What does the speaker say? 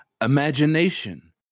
Imagination